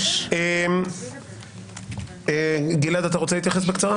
גלעד, אתה רוצה להתייחס בקצרה?